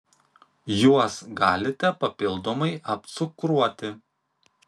juos galite papildomai apcukruoti